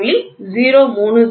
030 25 0